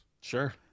Sure